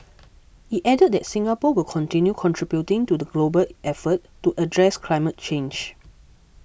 it added that Singapore will continue contributing to the global effort to address climate change